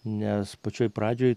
nes pačioj pradžioj